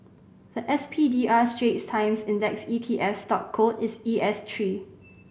the S P D R Straits Times Index E T F stock code is E S three